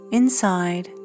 inside